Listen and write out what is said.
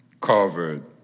covered